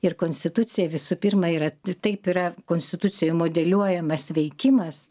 ir konstitucija visų pirma yra taip yra konstitucijoj modeliuojamas veikimas